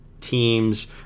teams